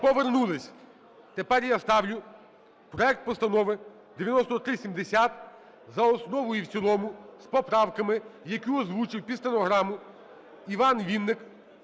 Тепер я ставлю проект Постанови 9370 за основу і в цілому з поправками, які озвучив під стенограму Іван Вінник.